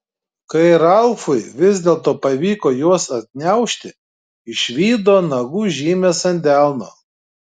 kai ralfui vis dėlto pavyko juos atgniaužti išvydo nagų žymes ant delno